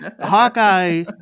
Hawkeye